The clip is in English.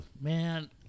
man